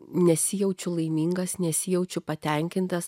nesijaučiu laimingas nesijaučiu patenkintas